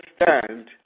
understand